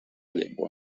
llengua